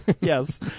Yes